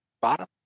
bottom